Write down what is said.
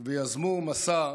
ויזמו מסע,